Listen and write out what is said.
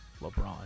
LeBron